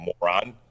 moron